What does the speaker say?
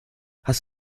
hast